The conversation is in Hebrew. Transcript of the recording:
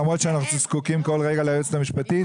למרות שאנחנו זקוקים כל רגע ליועצת המשפטית,